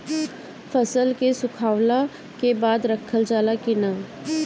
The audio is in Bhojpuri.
फसल के सुखावला के बाद रखल जाला कि न?